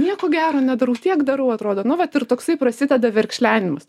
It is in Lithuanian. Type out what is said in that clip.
nieko gero nedarau tiek darau atrodo nu vat ir toksai prasideda verkšlenimas